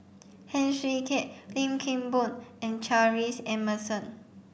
Heng Swee Keat Lim Kim Boon and Charles Emmerson